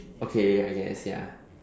okay I guess ya